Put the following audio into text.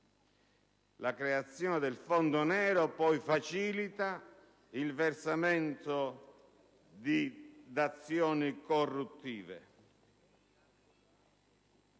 La creazione del fondo nero poi facilita il versamento di dazioni corruttive.